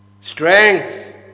Strength